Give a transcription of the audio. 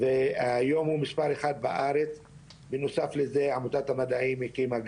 ככה שאני חוסך לך.